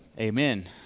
Amen